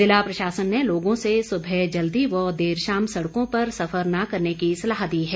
ज़िला प्रशासन ने लोगों से सुबह जल्दी व देर शाम सड़कों पर सफर न करने की सलाह दी है